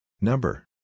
Number